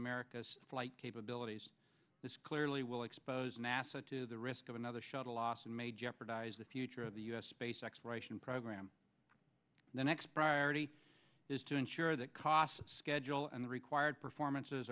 america's flight capabilities this clearly will expose nasa to the risk of another shuttle loss and may jeopardize the future of the u s space exploration program the next priority is to ensure that cost schedule and the required performances